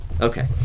Okay